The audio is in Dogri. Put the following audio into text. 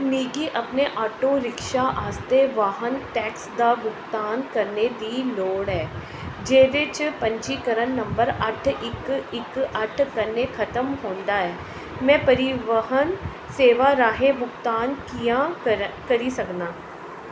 मिगी अपने ऑटो रिक्शा आस्तै वाहन टैक्स दा भुगतान करने दी लोड़ ऐ जेह्दे च पंजीकरण नंबर अट्ठ इक इकअट्ठ कन्नै खत्म होंदा ऐ में परिवहन सेवा राहें भुगतान कि'यां करी सकनां